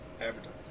Advertising